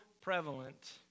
prevalent